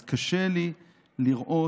אז קשה לי לראות